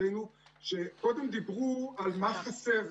כשקודם דיברו על מה חסר.